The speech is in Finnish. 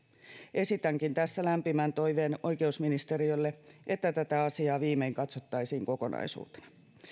esitänkin tässä lämpimän toiveen oikeusministeriölle että tätä asiaa viimein katsottaisiin kokonaisuutena